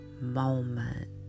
moment